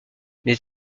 des